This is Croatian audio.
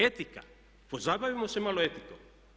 Etika pozabavimo se malo etikom.